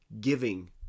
giving